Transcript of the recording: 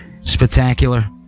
spectacular